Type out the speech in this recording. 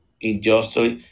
injustice